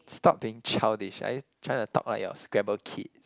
stop being childish are you trying to talk like your scrabble kids